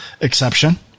exception